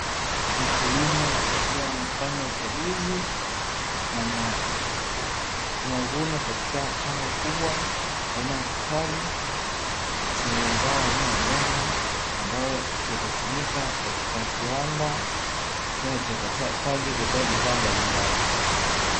Mkulima akiwa anafanya ukaguzi na mavuno katika shamba kubwa aina ya kitalu chenye mazao aina ya nyanya, ambayo yatatumika katika kiwanda kufanya uchakataji kutoa bidhaa mbalimbali.